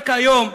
רק היום,